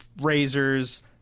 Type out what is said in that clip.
razors